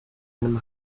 einem